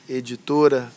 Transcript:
editora